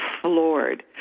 floored